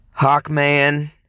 Hawkman